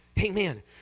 Amen